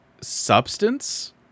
substance